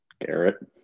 Garrett